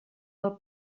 del